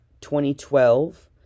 2012